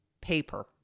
paper